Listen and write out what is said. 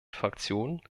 fraktion